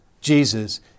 Jesus